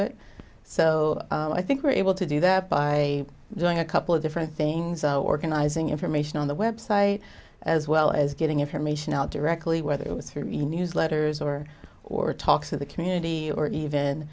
it so i think we're able to do that by doing a couple of different things are organizing information on the website as well as getting information out directly whether it was here in newsletters or or talks to the community or even